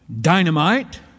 dynamite